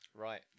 Right